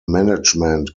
management